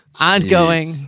ongoing